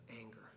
anger